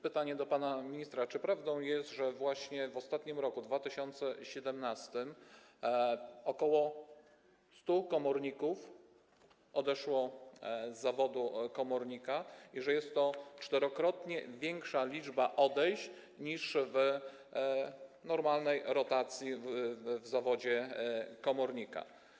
Pytanie do pana ministra: Czy prawdą jest, że właśnie w ostatnim roku, 2017, ok. 100 komorników odeszło z zawodu i że jest to czterokrotnie większa liczba odejść niż w przypadku normalnej rotacji w zawodzie komornika?